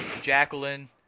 Jacqueline